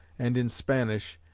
and in spanish,